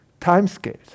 timescales